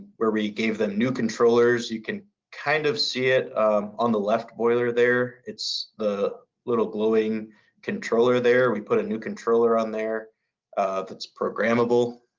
where we gave them new controllers. you can kind of see it on the left boiler there. it's the little glowing controller there. we put a new controller on there that's programmable.